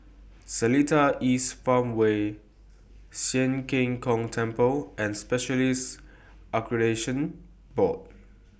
Seletar East Farmway Sian Keng Tong Temple and Specialists Accreditation Board